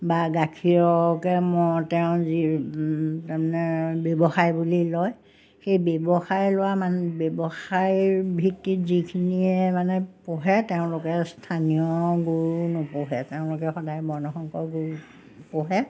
বা গাখীৰকে তেওঁ যি তাৰমানে ব্যৱসায় বুলি লয় সেই ব্যৱসায় লোৱা ব্যৱসায়ৰ ভিত্তিত যিখিনিয়ে মানে পোহে তেওঁলোকে স্থানীয় গুৰু নপঢ়ে তেওঁলোকে সদায় বৰ্ণসংকৰ গৰু পোহে